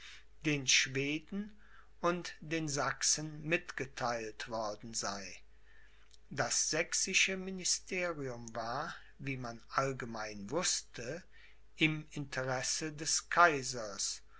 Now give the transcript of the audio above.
den schweden und den sachsen mitgetheilt worden sei das sächsische ministerium war wie man allgemein wußte im interesse des kaisers